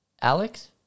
Alex